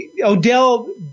Odell